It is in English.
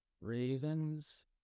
Ravens